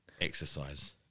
exercise